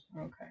Okay